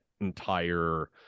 entire